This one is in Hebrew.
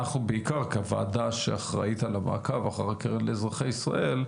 אנחנו בעיקר כוועדה שאחראית על המעקב אחר הקרן לאזרחי ישראל,